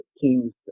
teams